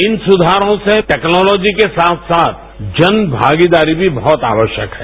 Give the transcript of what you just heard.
इन सुधारों से टेक्नोलॉजी के साथ साथ जन भागीदारी भी बहुत आवश्यक है